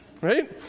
Right